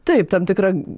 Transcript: taip tam tikrą